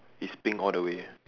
it's pink all the way